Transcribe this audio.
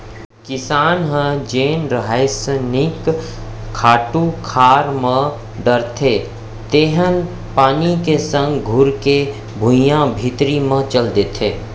किसान ह जेन रसायनिक खातू खार म डारथे तेन ह पानी के संग घुरके भुइयां भीतरी म चल देथे